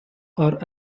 are